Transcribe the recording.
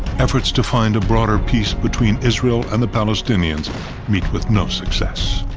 efforts to find a broader peace between israel and the palestinians meet with no success.